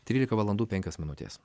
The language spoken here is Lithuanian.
trylika valandų penkios minutės